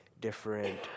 different